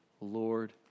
Lord